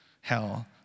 hell